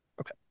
Okay